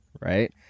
right